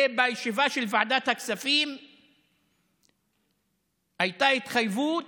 בישיבה של ועדת הכספים הייתה התחייבות